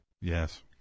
Yes